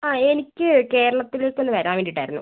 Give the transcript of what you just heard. ആ എനിക്ക് കേരളത്തിൽ ഒരുത്തല് വരാൻ വേണ്ടിയിട്ട് ആയിരുന്നു